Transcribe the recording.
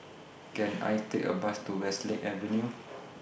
Can I Take A Bus to Westlake Avenue